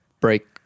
Break